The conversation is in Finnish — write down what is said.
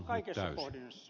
arvoisa puhemies